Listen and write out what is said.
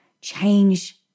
change